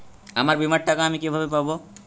আমার বীমার টাকা আমি কিভাবে পাবো?